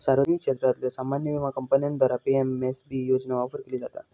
सार्वजनिक क्षेत्रातल्यो सामान्य विमा कंपन्यांद्वारा पी.एम.एस.बी योजना ऑफर केली जाता